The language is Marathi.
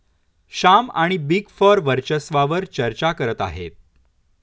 श्याम आणि बिग फोर वर्चस्वावार चर्चा करत आहेत